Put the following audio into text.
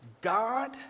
God